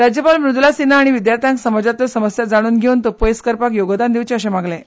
राज्यपाल मुदुला सिन्हा हांणी विद्यार्थ्यांक समाजांतल्यो समस्या जाणून घेवन त्यो पयस करपाक योगदान दिवचें अशें सांगलें